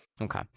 Okay